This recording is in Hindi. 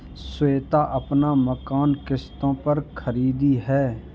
श्वेता अपना मकान किश्तों पर खरीदी है